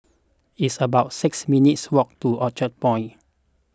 it's about six minutes' walk to Orchard Point